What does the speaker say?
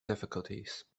difficulties